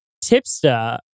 Tipster